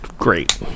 great